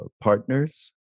partners